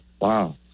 wow